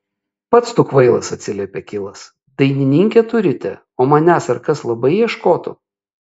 pats tu kvailas atsiliepė kilas dainininkę turite o manęs ar kas labai ieškotų